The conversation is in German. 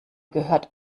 gehört